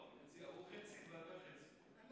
חמש דקות, בבקשה.